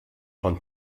von